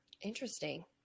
Interesting